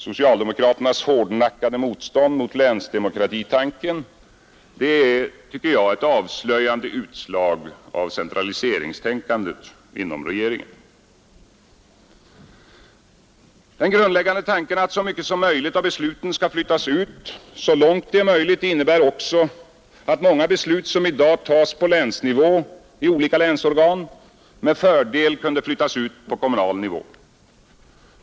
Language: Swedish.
Socialdemokraternas hårdnackade motstånd mot länsdemokratitanken är, tycker jag, ett avslöjande utslag av centraliseringstänkandet inom regeringen. Den grundläggande tanken att så mycket som möjligt av besluten skall flyttas ut så långt det är möjligt innebär också att många beslut, som i dag tas på länsnivå i olika länsorgan, med fördel kunde flyttas ut på kommunal nivå.